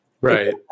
Right